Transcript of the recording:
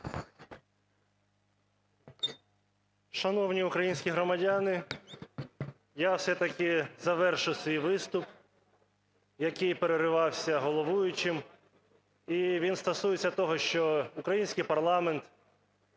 Шановні українські громадяни! Я все-таки завершу свій виступ, який переривався головуючим, і він стосується того, що український парламент